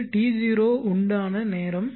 இது T0 உண்டான நேரம்